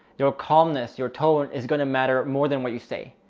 your calmness, your tone is going to matter more than what you say,